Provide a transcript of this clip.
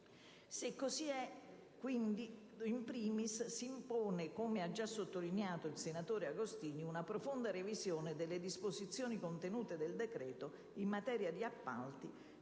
Se così è, *in primis,* si impone - come ha già sottolineato il senatore Agostini - una profonda revisione delle disposizioni contenute nel decreto-legge in materia di appalti,